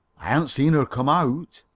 i haven't seen her come out.